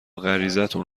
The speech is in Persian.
غریزتون